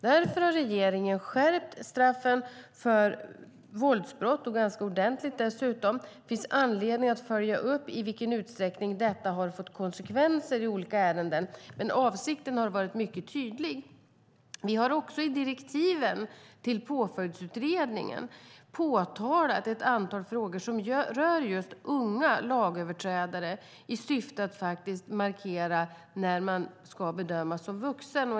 Därför har regeringen skärpt straffen för våldsbrott, dessutom ganska ordentligt. Det finns anledning att följa upp i vilken utsträckning detta har fått konsekvenser i olika ärenden, men avsikten har varit mycket tydlig. Vi har också i direktiven till Påföljdsutredningen påtalat ett antal frågor som rör just unga lagöverträdare i syfte att markera när man ska bedömas som vuxen.